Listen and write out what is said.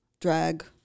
drag